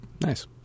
Nice